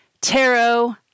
tarot